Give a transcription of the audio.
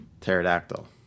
pterodactyl